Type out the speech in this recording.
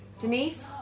Denise